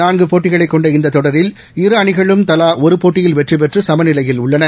நான்கு போட்டிகளைக் கொண்ட இந்த தொடரில் இருஅணிகளும் தலா ஒரு போட்டியில் வெற்றி பெற்று சமநிலையில் உள்ளன